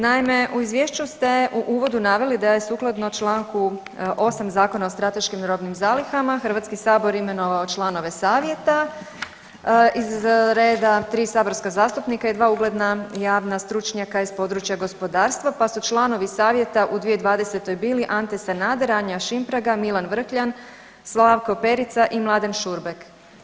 Naime, u izvješću ste u uvodu naveli da je sukladno Članku 8. Zakona o strateškim robnim zalihama Hrvatski sabor imenovao članove savjeta iz reda 3 saborska zastupnika i 2 ugledna javna stručnjaka iz područja gospodarstva, pa su članovi savjeta u 2020. bili Ante Sanader, Anja Šimpraga, Milan Vrkljan, Slavko Perica i Mladen Šurbek.